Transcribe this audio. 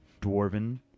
Dwarven